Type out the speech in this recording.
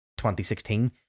2016